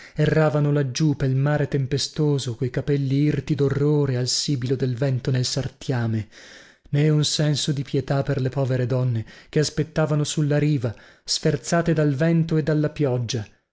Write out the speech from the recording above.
erravano laggiù pel mare tempestoso coi capelli irti dorrore al sibilo del vento nel sartiame nè un senso di pietà per le povere donne che aspettavano sulla riva sferzate dal vento e dalla pioggia